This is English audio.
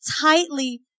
tightly